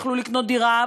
יכלו לקנות דירה,